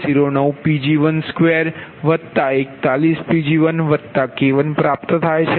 09Pg1241Pg1K1 પ્રાપ્ત થાય છે